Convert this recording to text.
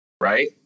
Right